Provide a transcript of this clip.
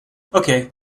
okay